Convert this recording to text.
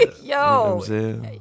Yo